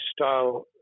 style